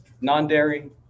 non-dairy